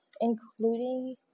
including